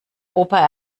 opa